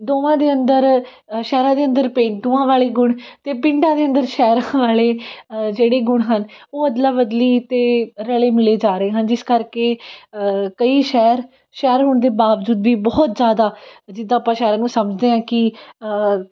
ਦੋਵਾਂ ਦੇ ਅੰਦਰ ਸ਼ਹਿਰਾਂ ਦੇ ਅੰਦਰ ਪੇਂਡੂਆਂ ਵਾਲੇ ਗੁਣ ਅਤੇ ਪਿੰਡਾਂ ਦੇ ਅੰਦਰ ਸ਼ਹਿਰਾਂ ਵਾਲੇ ਜਿਹੜੇ ਗੁਣ ਹਨ ਉਹ ਅਦਲਾ ਬਦਲੀ ਅਤੇ ਰਲੇ ਮਿਲੇ ਜਾ ਰਹੇ ਹਨ ਜਿਸ ਕਰਕੇ ਕਈ ਸ਼ਹਿਰ ਸ਼ਹਿਰ ਹੋਣ ਦੇ ਬਾਵਜੂਦ ਵੀ ਬਹੁਤ ਜ਼ਿਆਦਾ ਜਿੱਦਾਂ ਆਪਾਂ ਸ਼ਹਿਰਾਂ ਨੂੰ ਸਮਝਦੇ ਆ ਕਿ